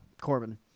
Corbin